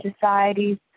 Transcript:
societies